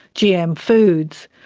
gm foods.